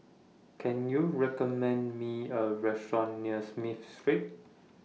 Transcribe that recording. Can YOU recommend Me A Restaurant near Smith Street